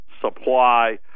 supply